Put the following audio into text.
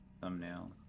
thumbnail